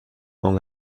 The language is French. dans